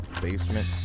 basement